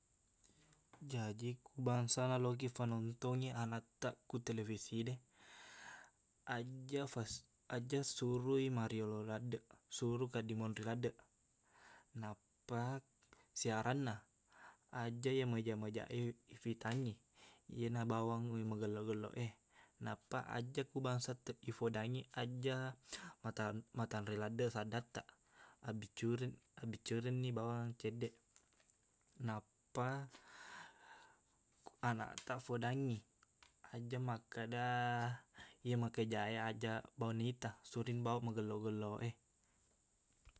jaji ku bangsana lokiq fanontongi anaktaq ku televisi de ajjaq fas- ajjaq surui mariyolo laddeq suru kaddi monri laddeq nappa siaranna ajjaq iye majaq-majaq e ifitangngi iyena bawang magello-gello e nappa ajaq ku bangsa te- ifodangngi ajjaq matan- matanre laddeq saddattaq abbiccuren- abbiccurenni bawang ceddeq nappa anaktaq fodangngi ajjaq makkeda iye makajaq e ajaq bawang nita suruni bawang magello-gello e